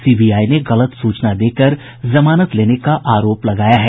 CBI ने गलत सूचना देकर जमानत लेने का आरोप लगाया है